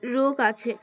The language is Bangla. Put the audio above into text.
রোগ আছে